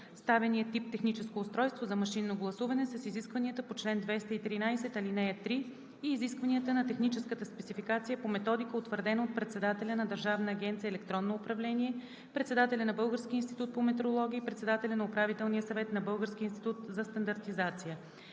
доставения тип техническо устройство за машинно гласуване с изискванията по чл. 213, ал. 3 и изискванията на техническата спецификация по методика, утвърдена от председателя на Държавна агенция „Електронно управление“, председателя на Българския институт по метрология и председателя на Управителния съвет на Българския институт за стандартизация.